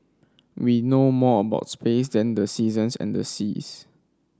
we know more about space than the seasons and the seas